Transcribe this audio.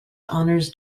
honours